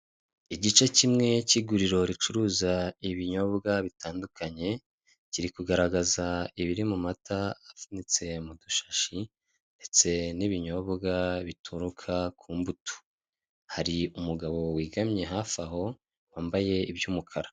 Igice cyimwe cy'iguriro ricuruza ibinyobwa bitandukanye, kiri kugaragaza ibiri mu mata apfunyitse mu dushashi, ndetse n' ibinyobwa bituruka ku mbuto, hari umugabo wegamye hafi aho wambaye iby'umukara.